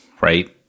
right